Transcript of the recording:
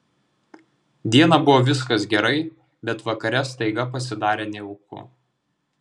dieną buvo viskas gerai bet vakare staiga pasidarė nejauku